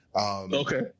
Okay